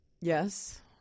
Yes